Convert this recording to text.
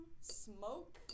smoke